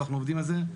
ואנחנו עובדים על זה.